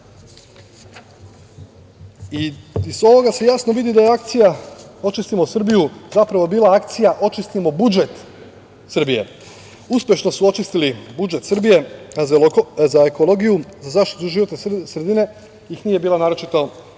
ovoga se jasno vidi da je akcija „Očistimo Srbiju“ zapravo bila akcija očistimo budžet Srbije. Uspešno su očistili budžet Srbije, a za ekologiju, za zaštitu životne sredine ih nije bila naročita